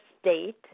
state